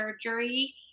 surgery